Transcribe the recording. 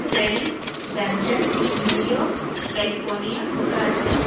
Surrey Brampton New York California Karachi